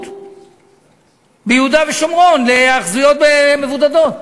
ביהודה ושומרון להיאחזויות מבודדות,